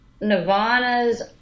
Nirvana's